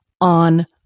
on